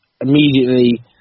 immediately